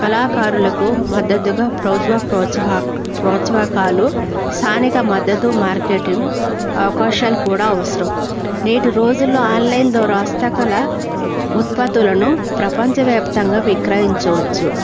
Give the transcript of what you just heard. కళాకారులకు మద్దతుగా ప్రభుత్వ ప్రోత్సహకాలు స్థానిక మద్దతు మార్కెటింగ్ అవకాశాలు కూడా అవసరం నేటి రోజుల్లో ఆన్లైన్ ధర హస్తకళ ఉత్పత్తులను ప్రపంచవ్యాప్తంగా విక్రయించవచ్చు